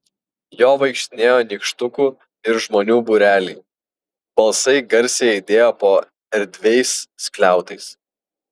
juo vaikštinėjo nykštukų ir žmonių būreliai balsai garsiai aidėjo po erdviais skliautais